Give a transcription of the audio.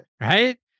right